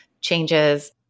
changes